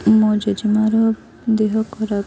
ମୋ ଜେଜେମାଆର ଦେହ ଖରାପ